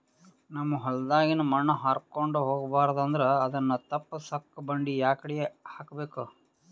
ನಮ್ ಹೊಲದಾಗಿನ ಮಣ್ ಹಾರ್ಕೊಂಡು ಹೋಗಬಾರದು ಅಂದ್ರ ಅದನ್ನ ತಪ್ಪುಸಕ್ಕ ಬಂಡಿ ಯಾಕಡಿ ಹಾಕಬೇಕು?